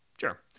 Sure